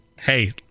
Hey